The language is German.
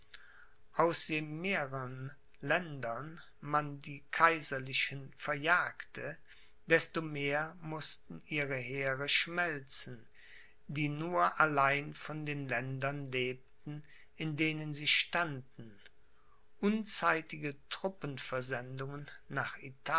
aus je mehrern ländern man die kaiserlichen verjagte desto mehr mußten ihre heere schmelzen die nur allein von den ländern lebten in denen sie standen unzeitige truppenversendungen nach